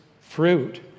fruit